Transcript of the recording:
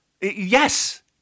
yes